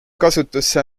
kasutusse